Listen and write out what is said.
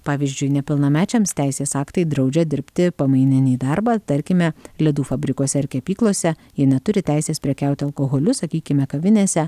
pavyzdžiui nepilnamečiams teisės aktai draudžia dirbti pamaininį darbą tarkime ledų fabrikuose ar kepyklose ji neturi teisės prekiauti alkoholiu sakykime kavinėse